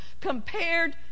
compared